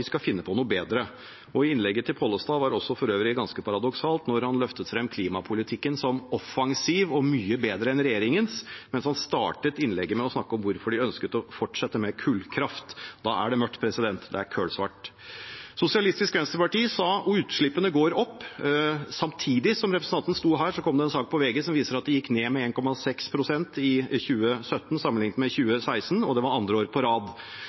de skal finne på noe bedre. Innlegget til Pollestad var for øvrig ganske paradoksalt da han løftet fram klimapolitikken som offensiv og mye bedre enn regjeringens, mens han startet innlegget med å snakke om hvorfor de ønsket å fortsette med kullkraft. Da er det mørkt – det er kullsvart. Sosialistisk Venstreparti sa at utslippene går opp. Samtidig som representanten sto her, kom det en sak på VG.no som viser at de gikk ned med 1,6 pst. i 2017 sammenlignet med 2016, og det var andre år på rad.